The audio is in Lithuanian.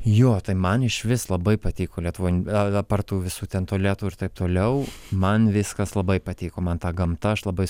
jo tai man išvis labai patiko lietuvoj a apart tų visų ten tualetų ir taip toliau man viskas labai patiko man ta gamta aš labai